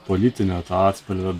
politinio atspalvio be